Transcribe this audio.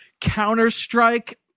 counter-strike